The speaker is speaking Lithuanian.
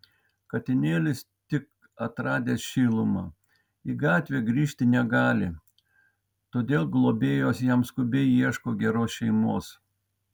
katinėlis tik atradęs šilumą į gatvę grįžti negali todėl globėjos jam skubiai ieško geros šeimos